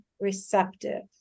receptive